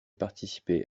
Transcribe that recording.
participé